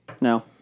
No